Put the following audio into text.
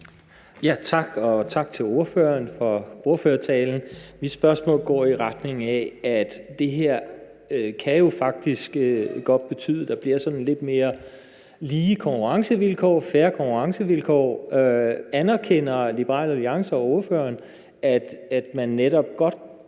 (V): Tak, og tak til ordføreren for ordførertalen. Mit spørgsmål går i retning af, at det her jo faktisk godt kan betyde, at der bliver sådan lidt mere lige og fair konkurrencevilkår. Anerkender Liberal Alliance og ordføreren, at man netop godt kan